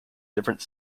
different